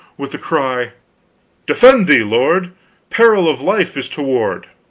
with the cry defend thee, lord peril of life is toward!